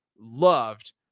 loved